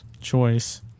choice